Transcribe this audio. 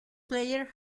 player